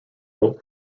out